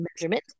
measurement